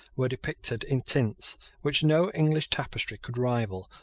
were depicted, in tints which no english tapestry could rival,